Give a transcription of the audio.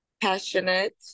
passionate